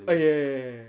uh ya ya ya ya ya